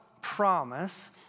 promise